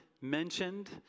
mentioned